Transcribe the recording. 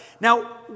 Now